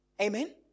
Amen